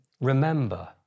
Remember